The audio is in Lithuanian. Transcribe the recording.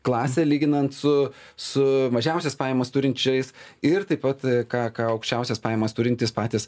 klasė lyginant su su mažiausias pajamas turinčiais ir taip pat ką aukščiausias pajamas turintys patys